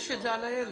יש את זה על הילד.